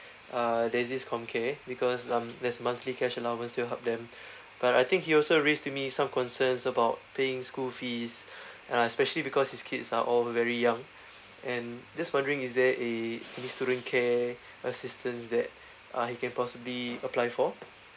uh there's this comcare because um there's monthly cash allowance to help them but I think he also raised to me some concerns about paying school fees uh especially because his kids are all very young and just wondering is there a any student care assistance that uh he can possibly apply for